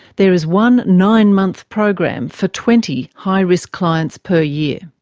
there is one nine-month program for twenty high risk clients per year.